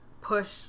push